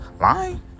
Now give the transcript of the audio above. lying